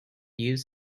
use